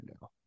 now